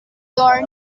your